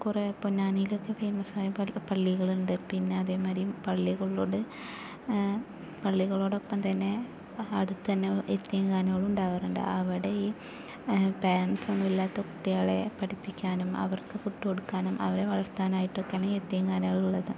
കുറേ പൊന്നാനിയിലൊക്കെ ഫേമസ് ആയ പള്ളി പള്ളികളുണ്ട് പിന്നെ അതേമാതിരി പള്ളികളോട് പള്ളികളോടൊപ്പം തന്നെ അടുത്ത് തന്നെ യതീംഖാനകളുണ്ടാവാറുണ്ട് അവിടെ ഈ പേരൻസ് ഒന്നുമില്ലാത്ത കുട്ടികളെ പഠിപ്പിക്കാനും അവർക്ക് ഫുഡ് കൊടുക്കാനും അവരെ വളർത്താനായിട്ടൊക്കെയാണ് ഈ യതീംഖാനകളുള്ളത്